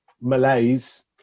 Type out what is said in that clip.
malaise